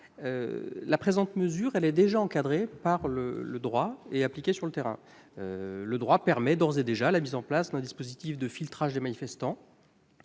la présente mesure est déjà encadrée par le droit et appliquée sur le terrain. Le droit permet d'ores et déjà la mise en place d'un dispositif de filtrage des manifestants.